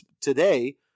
today